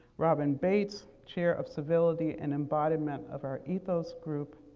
robin bates, chair of civility and embodiment of our ethos group,